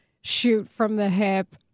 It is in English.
shoot-from-the-hip